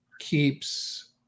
keeps